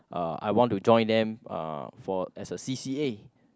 uh I want to join them uh for as a C_c_A